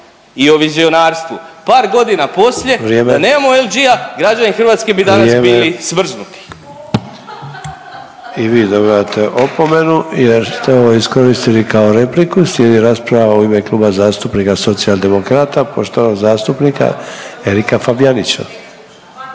i o vizionarstvu, par godina poslije da nemamo LNG-a građani Hrvatske bi danas bili smrznuti. **Sanader, Ante (HDZ)** Vrijeme. I vi dobivate opomenu jer ste ovo iskoristili kao repliku. Slijedi rasprava u ime Kluba zastupnika Socijaldemokrata poštovanog zastupnika Erika Fabijanića.